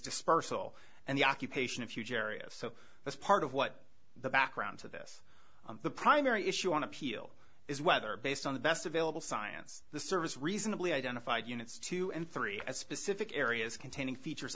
dispersal and the occupation of huge areas so that's part of what the background to this the primary issue on appeal is whether based on the best available science the service reasonably identified units two and three specific areas containing features